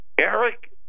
Eric